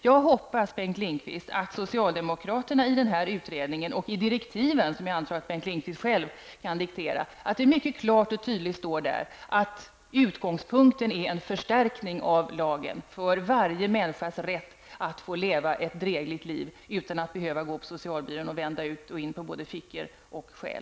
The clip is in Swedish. Jag hoppas, Bengt Lindqvist, att socialdemokraterna i utredningen och i direktiven, som jag antar att Bengt Lindqvist själv kan diktera, mycket klart och tydligt uttalar att utgångspunkten är en förstärkning av lagen. Varje människa skall ha rätt att leva ett drägligt liv utan att behöva gå till socialbyrån och vända ut på både fickor och själ.